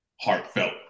heartfelt